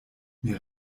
mir